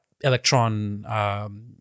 electron